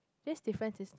these differences